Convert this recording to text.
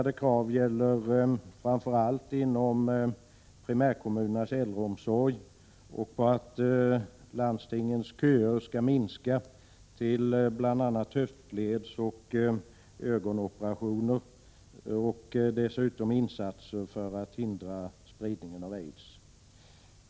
Det gäller framför allt ökade krav inom primärkommunernas äldreomsorg och krav på att landstingens köer till bl.a. höftledsoch ögonoperationer skall minska samt krav på insatser för att hindra spridningen av aids.